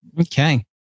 okay